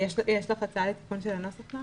יש לך הצעה לתיקון הנוסח?